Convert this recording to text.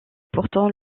pourtant